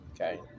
okay